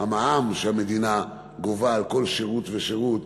המע"מ שהמדינה גובה על כל שירות ושירות,